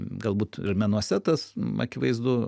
galbūt ir menuose tas akivaizdu